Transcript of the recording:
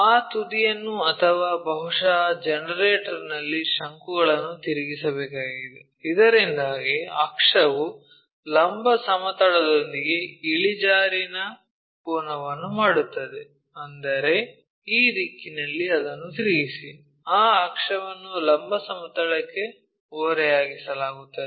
ಆ ತುದಿಯನ್ನು ಅಥವಾ ಬಹುಶಃ ಜನರೇಟರ್ನಲ್ಲಿ ಶಂಕುಗಳನ್ನು ತಿರುಗಿಸಬೇಕಾಗಿದೆ ಇದರಿಂದಾಗಿ ಅಕ್ಷವು ಲಂಬ ಸಮತಲದೊಂದಿಗೆ ಇಳಿಜಾರಿನ ಕೋನವನ್ನು ಮಾಡುತ್ತದೆ ಅಂದರೆ ಈ ದಿಕ್ಕಿನಲ್ಲಿ ಅದನ್ನು ತಿರುಗಿಸಿ ಆ ಅಕ್ಷವನ್ನು ಲಂಬ ಸಮತಲಕ್ಕೆ ಓರೆಯಾಗಿಸಲಾಗುತ್ತದೆ